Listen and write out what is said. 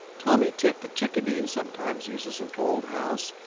tommy tit the chickadee sometimes uses an old house.